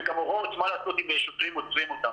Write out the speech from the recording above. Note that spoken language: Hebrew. וגם הוראות מה לעשות אם שוטרים עוצרים אותם.